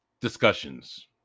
discussions